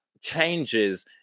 changes